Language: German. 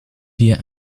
wir